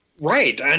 Right